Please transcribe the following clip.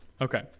Okay